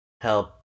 help